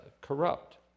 corrupt